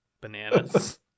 bananas